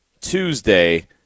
Tuesday